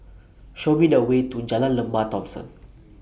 Show Me The Way to Jalan Lembah Thomson